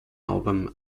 album